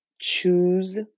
choose